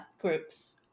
groups